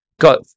Got